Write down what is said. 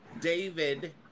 David